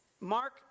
Mark